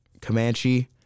Comanche